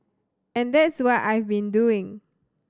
and that's what I've been doing